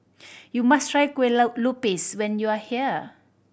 you must try kue lupis when you are here